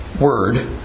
word